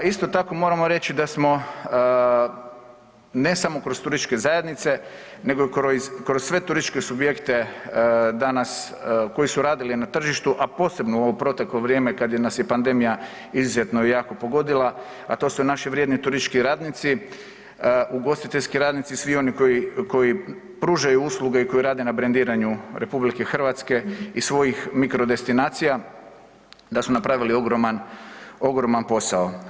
Isto tako moramo reći da smo ne samo kroz turističke zajednice nego i kroz sve turističke subjekte danas koji su radili na tržištu, a posebno u ovo proteklo vrijeme kad nas je pandemija izuzetno i jako pogodila, a to su naši vrijedni turistički radnici, ugostiteljski radnici, svi oni koji, koji pružaju usluge i koji rade na brendiranju RH i svojih mikro destinacija da su napravili ogroman, ogroman posao.